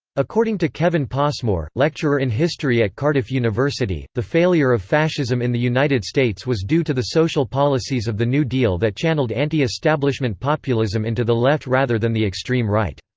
according to kevin passmore, lecturer in history at cardiff university, the failure of fascism in the united states was due to the social policies of the new deal that channelled anti-establishment populism into the left rather than the extreme right.